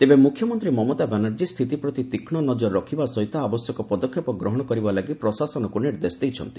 ତେବେ ମୁଖ୍ୟମନ୍ତ୍ରୀ ମମତା ବାନାର୍ଜୀ ସ୍ଥିତି ପ୍ରତି ତୀକ୍ଷ୍ଣ ନଜର ରଖିବା ସହିତ ଆବଶ୍ୟକ ପଦକ୍ଷେପ ଗ୍ରହଣ କରିବା ଲାଗି ପ୍ରଶାସନକୁ ନିର୍ଦ୍ଦେଶ ଦେଇଛନ୍ତି